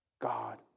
God